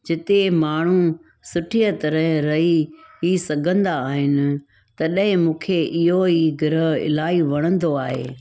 जिते माण्हू सुठीअ तरह रही सघंदा आहिनि तॾहिं मूंखे इहो ई ग्रह अलाई वणंदो आहे